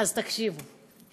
אז תקשיבו,